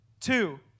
Two